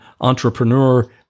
entrepreneur